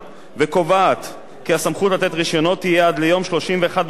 הסמכות לתת רשיונות תהיה עד ליום 31 בדצמבר 2013,